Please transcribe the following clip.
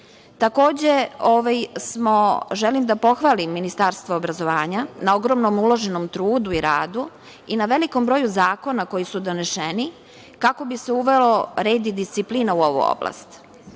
dva. Takođe, želim da pohvalim Ministarstvo obrazovanja na ogromnom uloženom trudu i radu i na velikom broju zakona koji su donešeni kako bi se uveli red i disciplina u ovu oblast.